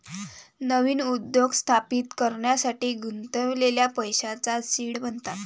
नवीन उद्योग स्थापित करण्यासाठी गुंतवलेल्या पैशांना सीड म्हणतात